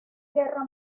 guerra